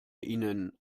ihnen